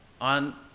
on